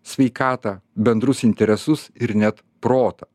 sveikatą bendrus interesus ir net protą